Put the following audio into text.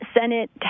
Senate